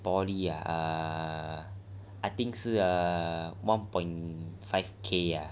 poly ah err I think 是 err one point five K ya